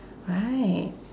right